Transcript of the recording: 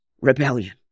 rebellion